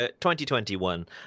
2021